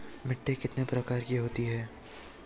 मिट्टी कितने प्रकार की होती है?